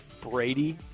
Brady